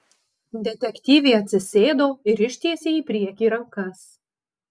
detektyvė atsisėdo ir ištiesė į priekį rankas